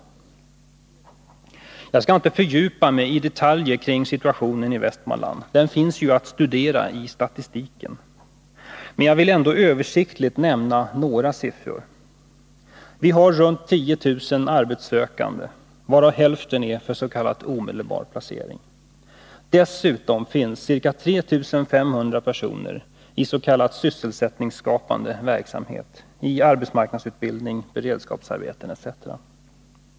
Jag skall inte fördjupa migi detaljer kring situationen i Västmanland — den finns ju att studera i statistiken. Men jag vill ändå översiktligt nämna några siffror. Vi har runt 10 000 arbetssökande, varav hälften för s.k. omedelbar placering. Dessutom finns ca 3 500 personer i s.k. sysselsättningsskapande verksamhet, i arbetsmarknadsutbildning, beredskapsarbeten etc.